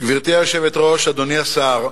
גברתי היושבת-ראש, אדוני השר,